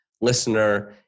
listener